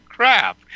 crap